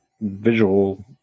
visual